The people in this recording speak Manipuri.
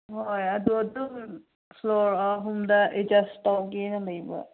ꯍꯣꯏ ꯑꯗꯨ ꯑꯗꯨꯝ ꯐ꯭ꯂꯣꯔ ꯑꯍꯨꯝꯗ ꯑꯦꯗꯖꯁ ꯇꯧꯒꯦꯅ ꯂꯩꯕ